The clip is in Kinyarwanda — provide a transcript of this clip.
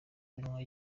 kumva